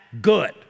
good